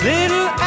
Little